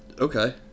Okay